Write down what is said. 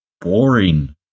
boring